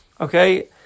Okay